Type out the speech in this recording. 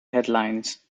headlines